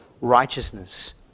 righteousness